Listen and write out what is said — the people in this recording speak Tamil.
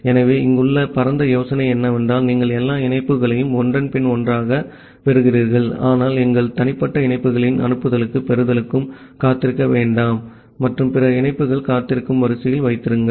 ஆகவே இங்குள்ள பரந்த யோசனை என்னவென்றால் நீங்கள் எல்லா இணைப்புகளையும் ஒன்றன் பின் ஒன்றாகப் பெறுகிறீர்கள் ஆனால் எங்கள் தனிப்பட்ட இணைப்புகளின் அனுப்புதலுக்கும் பெறுதலுக்கும் காத்திருக்க வேண்டாம் மற்றும் பிற இணைப்புகளை காத்திருக்கும் வரிசையில் வைத்திருங்கள்